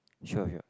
sure sure